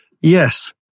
Yes